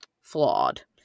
flawed